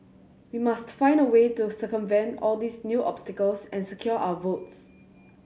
we must find a way to circumvent all these new obstacles and secure our votes